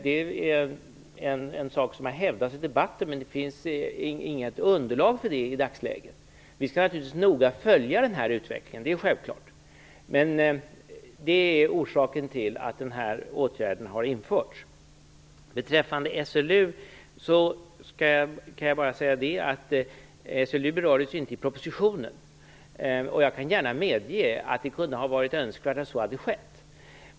Det har hävdats i debatten, men det finns inget underlag för det påståendet i dagsläget. Men vi skall naturligtvis noga följa utvecklingen - det är självklart. Det är alltså orsaken till att den här åtgärden har införts. SLU berördes ju inte i propositionen. Jag kan gärna medge att det kunde ha varit önskvärt att så hade skett.